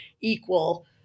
equal